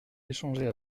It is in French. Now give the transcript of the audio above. échanger